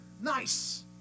nice